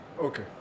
Okay